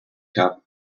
cup